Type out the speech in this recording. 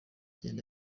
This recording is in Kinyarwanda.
genda